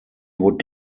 would